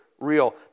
real